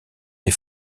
des